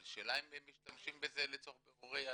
אבל השאלה אם משתמשים בזה לצורך בירורי יהדות.